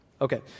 Okay